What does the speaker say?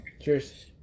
Cheers